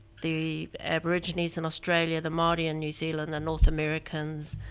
the aborigines in australia, the maori in new zealand, the north americans,